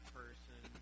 person